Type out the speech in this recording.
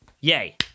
yay